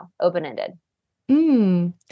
Open-ended